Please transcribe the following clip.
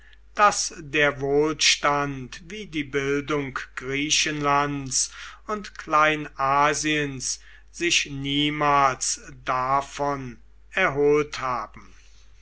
daß der wohlstand wie die bildung griechenlands und kleinasiens sich niemals davon erholt haben